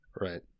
right